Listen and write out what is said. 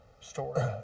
story